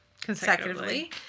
consecutively